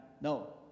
No